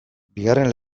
bigarren